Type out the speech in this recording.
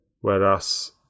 Whereas